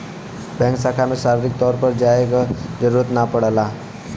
bank शाखा में शारीरिक तौर पर जाये क जरुरत ना पड़ेला